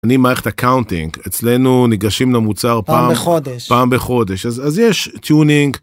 אני מערכת אקאונטינג אצלנו ניגשים למוצר פעם בחודש אז יש טיונינג.